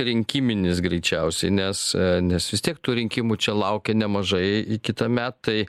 rinkiminis greičiausiai nes nes vis tiek tų rinkimų čia laukia nemažai i kitąmet tai